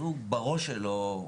אז הוא בראש שלו,